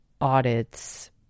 audits